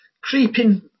creeping